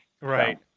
right